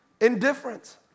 indifference